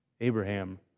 Abraham